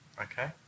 Okay